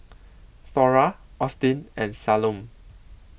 Thora Austin and Salome